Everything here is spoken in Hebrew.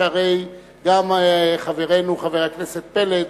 שהרי גם חברנו חבר הכנסת פלד